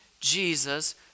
Jesus